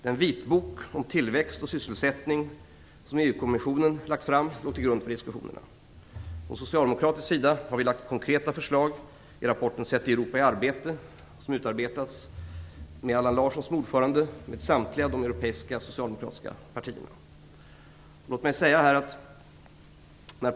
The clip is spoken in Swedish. Den vitbok om tillväxt och sysselsättning som EU-kommissionen lagt fram låg till grund för diskussionerna. Från socialdemokratisk sida har vi lagt konkreta förslag i rapporten Sätt Europa i arbete, som utarbetades av en grupp med samtliga de europeiska socialdemokratiska partierna med Allan Larsson som ordförande.